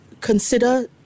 consider